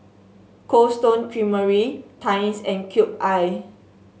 Cold Stone Creamery Times and Cube I